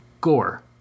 Gore